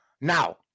Now